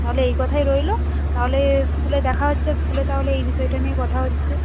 তাহলে এই কথাই রইল তাহলে স্কুলে দেখা হচ্ছে স্কুলে তাহলে এই বিষয়টা নিয়ে কথা হচ্ছে